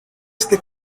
este